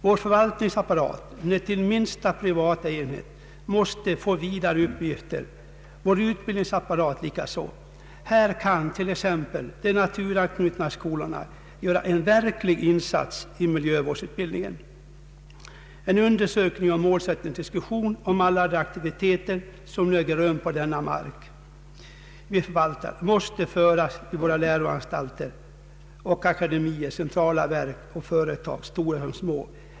Vår förvaltningsapparat ned till minsta privata enhet måste få vidare uppgifter, vår utbildningsapparat likaså. Här kan t.ex. de naturanknutna skolorna göra en verklig insats i miljövårdsutbildningen. En undersökning och målsättningsdiskussion om alla de aktiviteter, som nu äger rum på den mark vi förvaltar, måste föras vid våra läroanstalter och akademier, centrala verk och företag, stora som små.